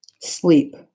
Sleep